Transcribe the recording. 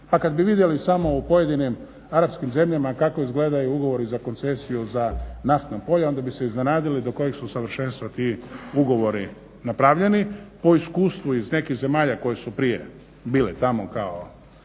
Pa kad bi vidjeli samo u pojedinim arapskim zemljama kako izgledaju ugovori za koncesiju za naftna polja onda bi se iznenadili do kojeg su savršenstva ti ugovori napravljeni po iskustvu iz nekih zemalja koji su bili tamo kao